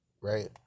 right